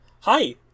Hi